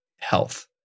health